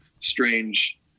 strange